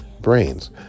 brains